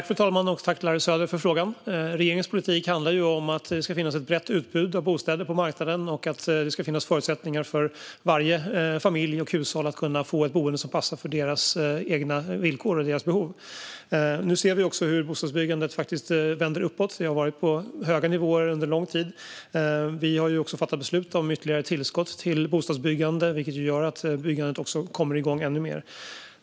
Fru talman! Tack, Larry Söder, för frågan! Regeringens politik handlar om att det ska finnas ett brett utbud av bostäder på marknaden och förutsättningar för varje familj och hushåll att få ett boende som passar deras villkor och behov. Nu ser vi också hur bostadsbyggandet vänder uppåt. Det har varit på höga nivåer under lång tid. Vi har fattat beslut om ytterligare tillskott till bostadsbyggande, vilket gör att det kommer igång ännu mer.